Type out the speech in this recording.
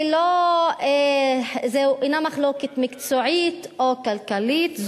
זו אינה מחלוקת מקצועית או כלכלית,